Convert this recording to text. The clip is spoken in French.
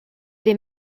des